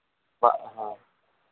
हाँ